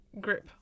grip